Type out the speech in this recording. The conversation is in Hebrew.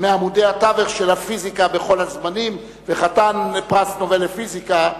מעמודי התווך של הפיזיקה בכל הזמנים וחתן פרס נובל לפיזיקה,